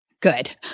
Good